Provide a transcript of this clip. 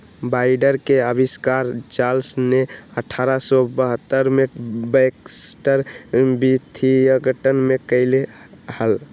binder के आविष्कार Charles ने अठारह सौ बहत्तर में बैक्सटर विथिंगटन में कइले हल